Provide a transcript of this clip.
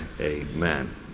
amen